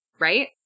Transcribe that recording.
right